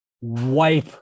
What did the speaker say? wipe